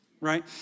right